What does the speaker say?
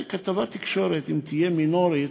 כתבת תקשורת, אם תהיה מינורית,